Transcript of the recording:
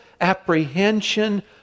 apprehension